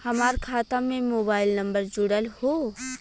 हमार खाता में मोबाइल नम्बर जुड़ल हो?